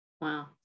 Wow